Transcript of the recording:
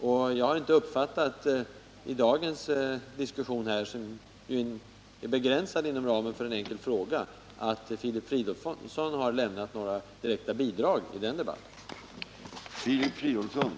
Men jag har inte kunnat notera att Filip Fridolfsson kommit med några direkta bidrag till en sådan debatt i dagens diskussion som ju är begränsad inom ramen för en frågedebatt.